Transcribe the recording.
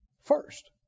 first